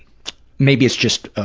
maybe it's just ah